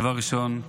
דבר ראשון,